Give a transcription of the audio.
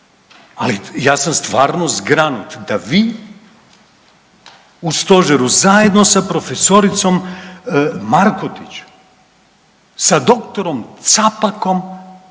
Ali ja sam stvarno zgranut da vi u stožeru zajedno sa profesoricom Markotić, sa doktorom Capakom,